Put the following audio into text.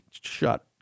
shut